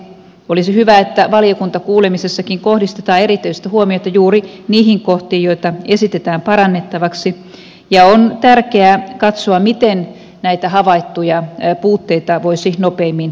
olisi hyvä että valiokuntakuulemisessakin kohdistetaan erityistä huomiota juuri niihin kohtiin joita esitetään parannettavaksi ja on tärkeää katsoa miten näitä havaittuja puutteita voisi nopeimmin korjata